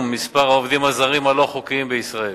מספר העובדים הזרים הלא-חוקיים בישראל,